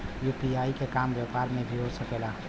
UPI के काम व्यापार में भी हो सके ला?